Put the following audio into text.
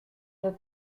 veut